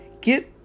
get